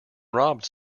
robbed